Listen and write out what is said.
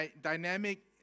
dynamic